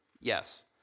Yes